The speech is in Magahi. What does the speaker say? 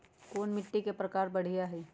कोन मिट्टी के प्रकार बढ़िया हई?